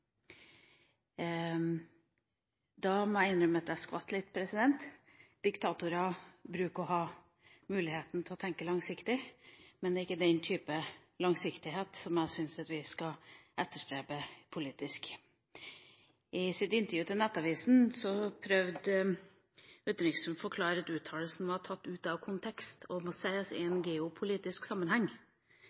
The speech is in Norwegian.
Da må jeg innrømme at jeg skvatt litt. Diktatorer bruker å ha muligheten til å tenke langsiktig, men det er ikke den type langsiktighet som jeg syns at vi skal etterstrebe politisk. I sitt intervju til Nettavisen prøvde utenriksministeren å forklare at uttalelsene var tatt «ut av kontekst, og at de må settes i en geopolitisk sammenheng».